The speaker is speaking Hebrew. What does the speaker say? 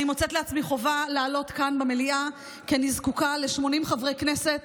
אני מוצאת לעצמי חובה לעלות כאן במליאה כי אני זקוקה ל-80 חברי כנסת